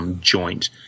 joint